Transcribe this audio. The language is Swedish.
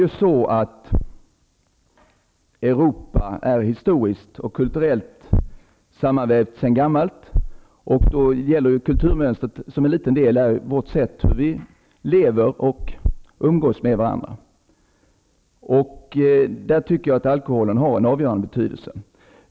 Sedan gammalt är Europa både historiskt och kulturellt sammanvävt, och det ingår i kulturmönstret hur vi lever och umgås med varandra. I det sammanhanget har alkoholen en avgörande betydelse.